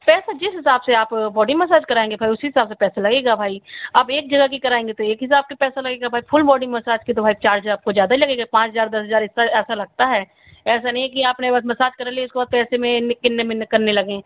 sir तो जिस हिसाब से आप बॉडी मसाज कराएंगे फिर उसी हिसाब से पैसा लगेगा भाई आप एक जगह की कराएंगे तो एक हिसाब से पैसा लगेगा भाई फुल बॉडी मसाज के तो भाई चार्ज आपको ज्यादा लगेगा पाँच हजार दस हजार इसका ऐसा लगता है ऐसा नहीं है कि आपने बस मसाज करा ली उसके बाद पैसे में नी किन्न मिन्न करने लगें